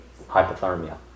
hypothermia